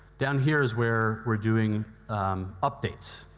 down here is where we're doing updates.